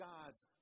God's